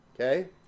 Okay